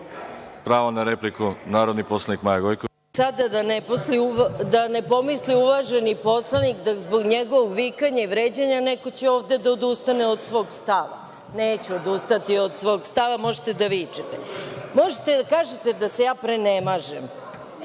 na repliku, narodni poslanik Maja Gojković. **Maja Gojković** Sada da pomisli uvaženi poslanik da zbog njegovog vikanja i vređanja neko će ovde da odustane od svog stava. Neću odustati od svog stava, možete da vičete. Možete da kažete da se ja prenemažem,